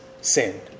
sin